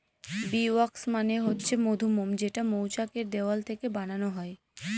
bee wax মানে হচ্ছে মধুমোম যেটা মৌচাক এর দেওয়াল থেকে বানানো হয়